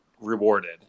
rewarded